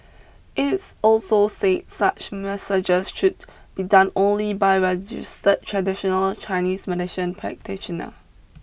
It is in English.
it's also say such massages should be done only by registered such traditional Chinese medicine practitioner